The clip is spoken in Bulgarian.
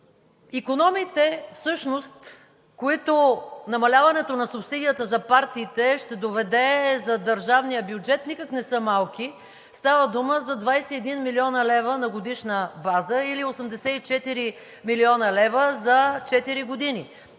Икономиите всъщност, които намаляването на субсидията за партиите ще доведе за държавния бюджет, никак не са малки. Става дума за 21 млн. лв. на годишна база или 48 млн. лв. за четири години.